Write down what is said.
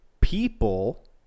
people